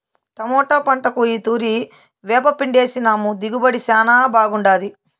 tomato పంటకు ఈ తూరి వేపపిండేసినాము దిగుబడి శానా బాగుండాది